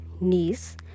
niece